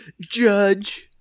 Judge